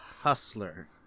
hustler